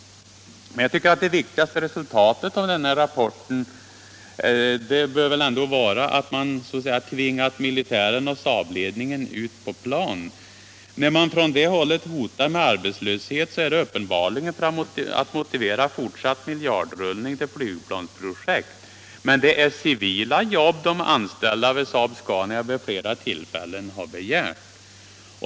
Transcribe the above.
Men det viktigaste resultatet av rapporten bör ändå vara att man så att säga tvingat militären och SAAB-ledningen ut på planen. Anledningen till att man från de hållen hotar med arbetslöshet är uppenbarligen att man vill motivera fortsatt miljardrullning till flygplansprojekt. Men det är civila jobb de anställda hos SAAB-SCANIA vid flera tillfällen begärt.